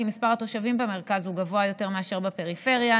מספר התושבים במרכז הוא גבוה יותר מאשר בפריפריה.